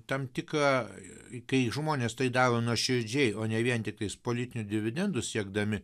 tam tikrą kai žmonės tai daro nuoširdžiai o ne vien tiktais politinių dividendų siekdami